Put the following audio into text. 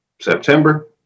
September